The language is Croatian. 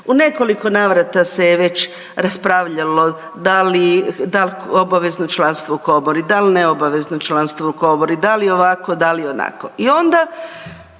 U nekoliko navrata se je već raspravljalo da li, da li obavezno članstvo u komori, da li neobavezno članstvo u komori, da li ovako, da li onako